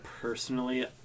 personally